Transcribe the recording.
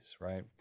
right